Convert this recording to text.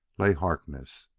lay harkness.